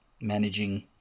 managing